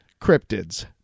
cryptids